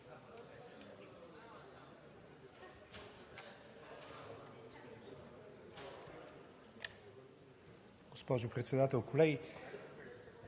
Госпожо Председател, колеги!